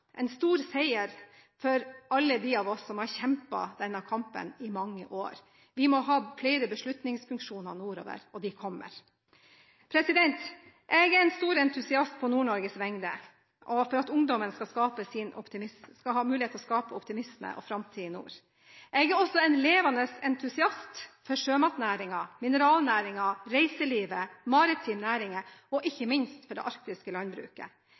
en stor seier for alle dem av oss som har kjempet denne kampen i mange år. Vi må ha flere beslutningsfunksjoner nordover, og de kommer. Jeg er en stor entusiast på Nord-Norges vegne og for at ungdommen skal ha mulighet til å skape optimisme og framtid i nord. Jeg er også en levende entusiast for sjømatnæringen, mineralnæringen, reiselivet, den maritime næringen og ikke minst for det arktiske landbruket.